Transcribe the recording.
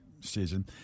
season